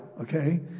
okay